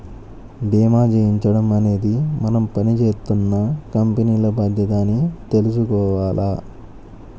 భీమా చేయించడం అనేది మనం పని జేత్తున్న కంపెనీల బాధ్యత అని తెలుసుకోవాల